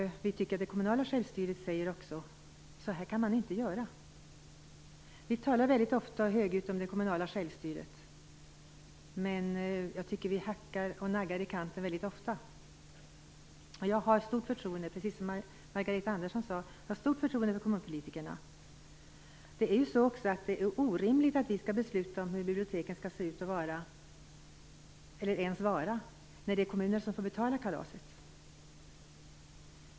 Vi tycker att det kommunala självstyret också säger att man inte kan göra så här. Vi talar ofta och högljutt om det kommunala självstyret, men jag tycker att vi hackar på och naggar det i kanten väldigt ofta. Jag har, precis som Margareta Andersson sade, stort förtroende för kommunpolitikerna. Det är också orimligt att vi skall besluta om hur biblioteken skall se ut eller ens vara när det är kommunerna som får betala kalaset.